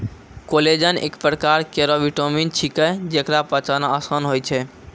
collagen एक परकार केरो विटामिन छिकै, जेकरा पचाना आसान होय छै